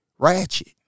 ratchet